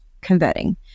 converting